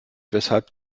weshalb